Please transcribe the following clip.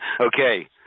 Okay